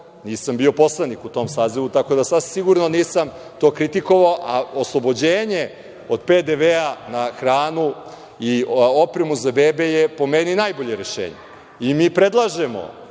Nisam bio poslanik u tom sazivu, tako da sigurno nisam to kritikovao. A, oslobođenje od PDV-a na hranu i opremu za bebe je po meni najbolje rešenje. I mi predlažemo